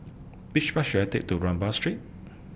Which Bus should I Take to Rambau Street